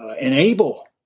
enable